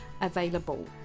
available